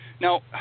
Now